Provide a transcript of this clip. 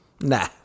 Nah